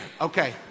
okay